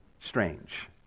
strange